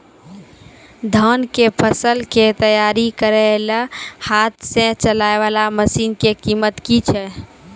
धान कऽ फसल कऽ तैयारी करेला हाथ सऽ चलाय वाला मसीन कऽ कीमत की छै?